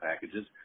packages